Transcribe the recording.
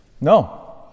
No